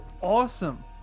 awesome